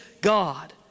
God